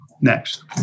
Next